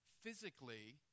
Physically